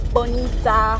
Bonita